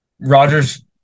Rodgers